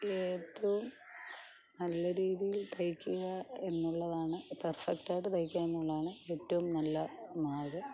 ഏറ്റവും നല്ല രീതിയിൽ തയ്ക്കുക എന്നുള്ളതാണ് പെർഫെക്റ്റ് ആയിട്ട് തയ്ക്കുക എന്നുള്ളതാണ് ഏറ്റവും നല്ല മാർഗ്ഗം